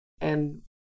And-